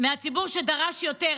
שדרש יותר,